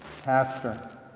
Pastor